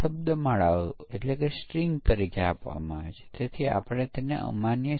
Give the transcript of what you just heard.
પરીક્ષણમાં આપણી પાસે ઘણી પરીક્ષણ તકનીકો છે જેને આપણે ફિલ્ટર્સ કહી શકીએ છીએ